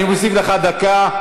אני מוסיף לך דקה.